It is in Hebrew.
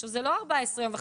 זה קודם כל.